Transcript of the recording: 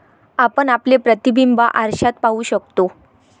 आपण आपले प्रतिबिंब आरशात पाहू शकतो